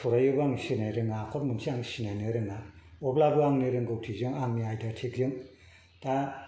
सराय'बो आं सिनायनो रोङा आखर मोनसे आं सिनायनो रोङा अब्लाबो आंनि रोंगौथिजों आंनि आइदायाटिक जों दा